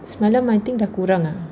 semalam I think dah kurang ah